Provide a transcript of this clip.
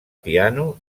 piano